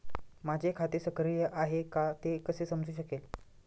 माझे खाते सक्रिय आहे का ते कसे समजू शकेल?